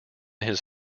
his